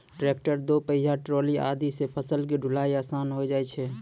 tractor, दो पहिया trolley आदि सॅ फसल के ढुलाई आसान होय जाय छै